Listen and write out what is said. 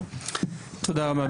תודה רבה.